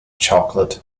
chocolate